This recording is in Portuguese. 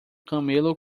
camelo